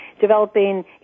developing